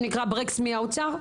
ברקס מהאוצר?